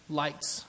lights